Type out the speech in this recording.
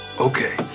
Okay